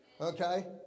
Okay